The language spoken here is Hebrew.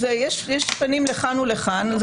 יש פנים לכאן ולכאן.